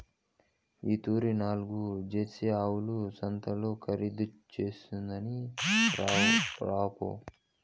ఈ తూరి నాల్గు జెర్సీ ఆవుల సంతల్ల ఖరీదు చేస్కొని రాపో